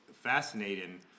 fascinating